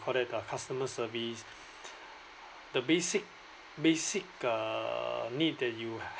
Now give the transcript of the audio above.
you call that customer service the basic basic uh need that you